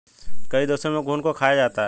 कई देशों में घुन को खाया जाता है